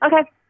Okay